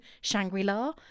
Shangri-La